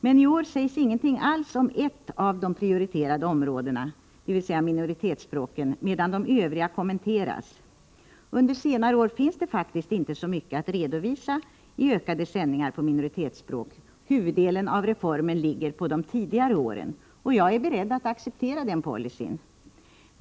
Men iår sägs ingenting alls om ett av de prioriterade områdena, nämligen minoritetsspråken, medan de övriga kommenteras. Under senare år har det faktiskt inte funnits så mycket att redovisa beträffande ökat antal sändningar på minoritetsspråk. Huvuddelen av reformen ligger på de tidigare åren. Jag är beredd att acceptera den policyn.